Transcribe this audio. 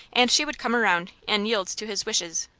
and she would come around, and yield to his wishes.